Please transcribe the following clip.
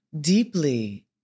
deeply